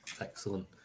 Excellent